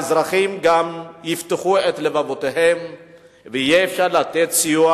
גם האזרחים יפתחו את לבם ויהיה אפשר לתת סיוע